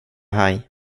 haj